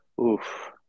Oof